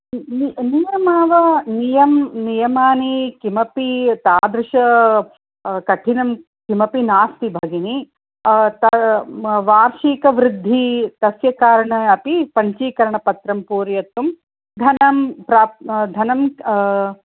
नियमव नियम् नियमानि किमपि तादृशं कठिनं किमपि नास्ति भगिनी तद् वार्षिकवृद्धिः तस्य कारणम् अपि पञ्चीकरण पत्रं पूरयतुं धनं प्राप् धनं